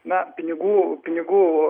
na pinigų pinigų